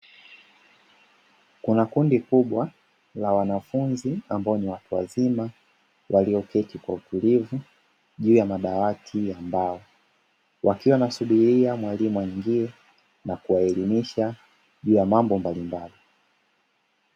Kuna kundi kubwa la wanafunzi ambao ni watu wazima walioketi kwa utulivu juu ya madawati ya mbao, wakiwa wanasubiria mwalimu aingie kuwaelimisha juu ya mambo mbalimbali.